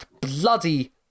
bloody